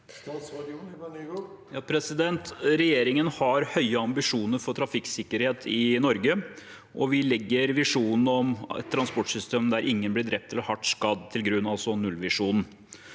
Regjeringen har høye ambisjoner for trafikksikkerhet i Norge, og vi legger til grunn visjonen om et transportsystem der ingen blir drept eller hardt skadd, altså nullvisjonen.